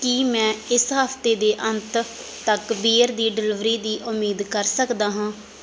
ਕੀ ਮੈਂ ਇਸ ਹਫਤੇ ਦੇ ਅੰਤ ਤੱਕ ਬੀਅਰ ਦੀ ਡਿਲੀਵਰੀ ਦੀ ਉਮੀਦ ਕਰ ਸਕਦਾ ਹਾਂ